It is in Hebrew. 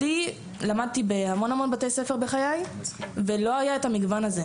למדתי בהרבה בתי ספר בחיי, ולא היה את המגוון הזה.